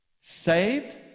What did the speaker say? Saved